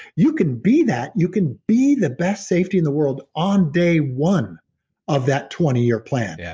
you can be that. you can be the best safety in the world on day one of that twenty year plan. yeah